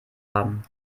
haben